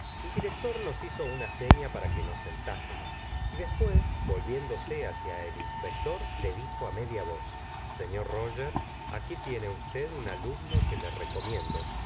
el director nos hizo una seria para que nos sentásemos y después volviéndose hacia el inspector le dijo mlia voz sefior roger aqui tiene usted un alumno que stábamos gustavo flaubert le recomiendo